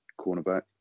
cornerback